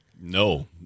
No